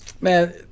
Man